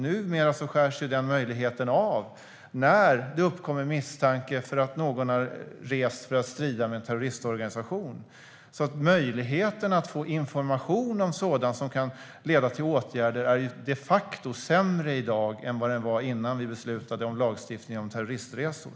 Nu skärs den möjligheten av när det uppkommer misstanke om att någon har rest för att strida med en terroristorganisation. Möjligheten att få information om sådant som kan leda åtgärder är de facto sämre i dag än den var innan vi beslutade om lagstiftningen om terroristresor.